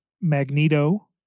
Magneto